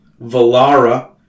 Valara